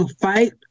fight